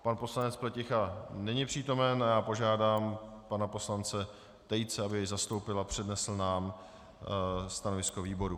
Pan poslanec Pleticha není přítomen a já požádám pana poslance Tejce, aby jej zastoupil a přednesl nám stanovisko výboru.